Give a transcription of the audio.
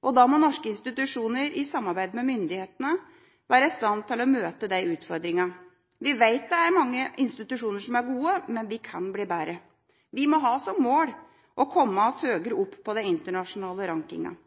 Da må norske institusjoner i samarbeid med myndighetene være i stand til å møte de utfordringene. Vi vet det er mange institusjoner som er gode, men vi kan bli bedre. Vi må ha som mål å komme oss høyere opp på den internasjonale rankinga.